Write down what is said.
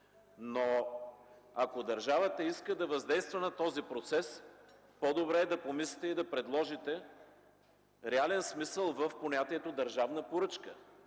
Но ако държавата иска да въздейства на този процес, по-добре е да помислите и да предложите реален смисъл за понятието „държавна поръчка”,